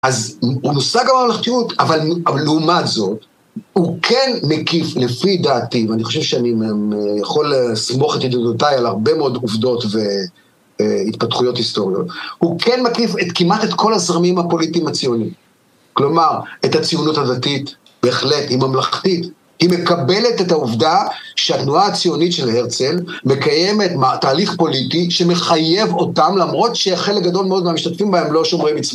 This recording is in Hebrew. אז הוא נושא גם המלכתיות, אבל לעומת זאת הוא כן מקיף לפי דעתי, ואני חושב שאני יכול לסמוך את ידידותיי על הרבה מאוד עובדות והתפתחויות היסטוריות, הוא כן מקיף את כמעט את כל הזרמים הפוליטיים הציוניים, כלומר את הציונות הדתית בהחלט, היא ממלכתית, היא מקבלת את העובדה שהתנועה הציונית של הרצל מקיימת תהליך פוליטי שמחייב אותם למרות שהחלק גדול מאוד מהמשתתפים בהם לא שומרי מצוות,